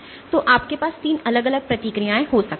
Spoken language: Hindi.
तो आपके पास 3 अलग अलग प्रतिक्रियाएं हो सकती हैं